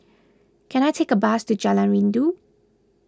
can I take a bus to Jalan Rindu